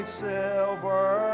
silver